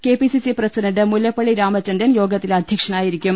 KPCC president Mullappally Ramachandran യോഗത്തിൽ അധ്യക്ഷനായിരിക്കും